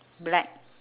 black